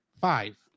Five